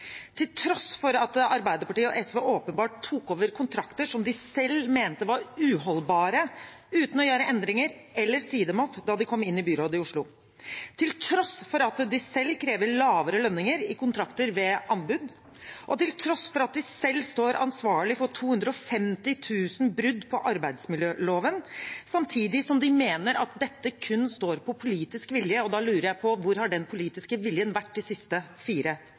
til tross for at Arbeiderpartiet og SV åpenbart tok over kontrakter som de selv mente var uholdbare, uten å gjøre endringer eller si dem opp da de kom inn i byrådet i Oslo, til tross for at de selv krever lavere lønninger i kontrakter ved anbud, og til tross for at de selv står ansvarlig for 250 000 brudd på arbeidsmiljøloven, samtidig som de mener at dette kun står på politisk vilje. Da lurer jeg på: Hvor har den politiske viljen vært de siste fire